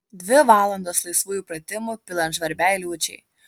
dvi valandos laisvųjų pratimų pilant žvarbiai liūčiai